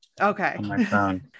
Okay